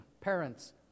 Parents